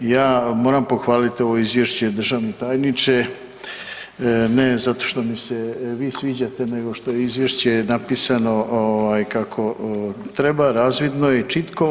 Ja moram pohvaliti ovo izvješće državni tajniče ne zato što mi se vi sviđate nego što je izvješće napisano kako treba, razvidno je, čitko.